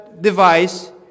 device